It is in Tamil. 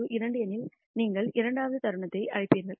K 2 எனில் நீங்கள் இரண்டாவது தருணத்தை அழைப்பீர்கள்